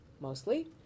mostly